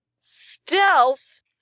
Stealth